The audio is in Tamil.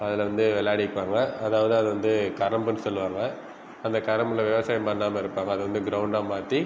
அதில் வந்து வெள்ளாடிருப்பாங்க அதாவது அதை வந்து கரம்புனு சொல்லுவாங்க அந்த கரம்பில் விவசாயம் பண்ணாமல் இருப்பாங்க அதை வந்து கிரௌண்டாக மாற்றி